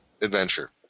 adventure